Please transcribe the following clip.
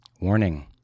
Warning